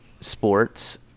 sports